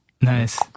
Nice